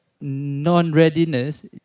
non-readiness